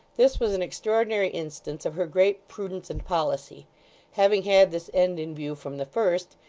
this was an extraordinary instance of her great prudence and policy having had this end in view from the first,